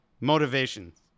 motivations